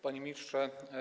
Panie Ministrze!